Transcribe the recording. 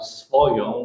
swoją